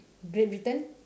great britain